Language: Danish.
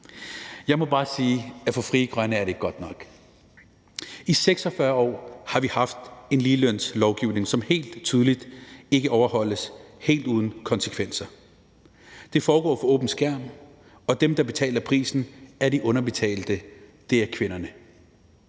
Jeg må bare sige, at for Frie Grønne er det ikke godt nok. I 46 år har vi haft en ligelønslov, som helt tydeligt ikke overholdes – helt uden konsekvenser. Det foregår for åben skærm, og dem, der betaler prisen, er de underbetalte, det er kvinderne.